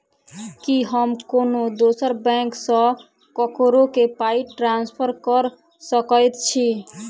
की हम कोनो दोसर बैंक सँ ककरो केँ पाई ट्रांसफर कर सकइत छि?